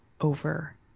over